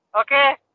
Okay